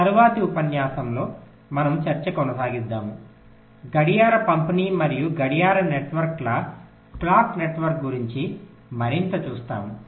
తరువాతి ఉపన్యాసంలో మనము చర్చ కొనసాగిస్తాము గడియార పంపిణీ మరియు గడియార నెట్వర్క్ల గురించి మరింత చూస్తాము